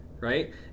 Right